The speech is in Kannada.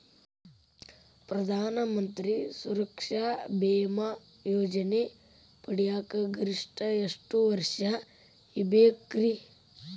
ಪ್ರಧಾನ ಮಂತ್ರಿ ಸುರಕ್ಷಾ ಭೇಮಾ ಯೋಜನೆ ಪಡಿಯಾಕ್ ಗರಿಷ್ಠ ಎಷ್ಟ ವರ್ಷ ಇರ್ಬೇಕ್ರಿ?